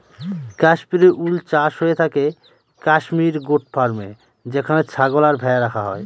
Kashmiri wool চাষ হয়ে থাকে কাশ্মির গোট ফার্মে যেখানে ছাগল আর ভেড়া রাখা হয়